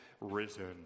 risen